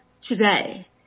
today